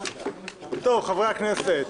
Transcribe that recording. חברי הכנסת,